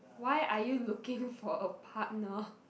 why are you looking for a partner